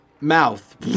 mouth